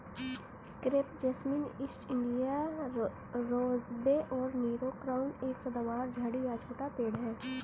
crepe jasmine, east India rosebay और Nero crown एक सदाबहार झाड़ी या छोटा पेड़ है